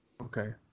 Okay